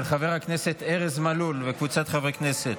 של חבר הכנסת ארז מלול וקבוצת חברי הכנסת.